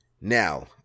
now